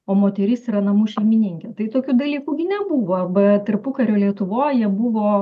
o moteris yra namų šeimininkė tai tokių dalykų gi nebuvo aba tarpukario lietuvoj jie buvo